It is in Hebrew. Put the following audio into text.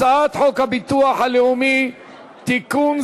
הצעת חוק הביטוח הלאומי (תיקון,